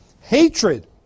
hatred